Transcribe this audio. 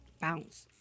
Bounce